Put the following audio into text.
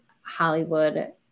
Hollywood